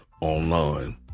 online